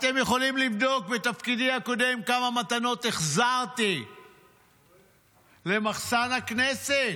אתם יכולים לבדוק כמה מתנות החזרתי בתפקידי הקודם למחסן הכנסת.